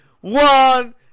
One